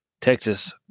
Texas